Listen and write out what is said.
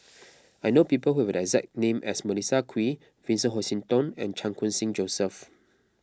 I know people who have the exact name as Melissa Kwee Vincent Hoisington and Chan Khun Sing Joseph